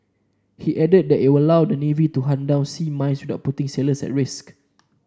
he added that it will allow the navy to hunt down sea mines without putting sailors at risk